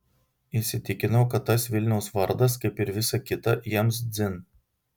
įsitikinau kad tas vilniaus vardas kaip ir visa kita jiems dzin